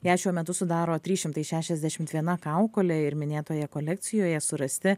ją šiuo metu sudaro trys šimtai šešiasdešimt viena kaukolė ir minėtoje kolekcijoje surasti